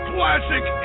Classic